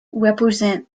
represent